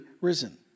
risen